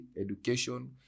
education